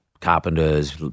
carpenters